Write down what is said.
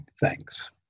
Thanks